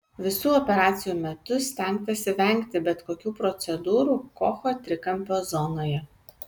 visų operacijų metu stengtasi vengti bet kokių procedūrų kocho trikampio zonoje